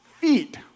feet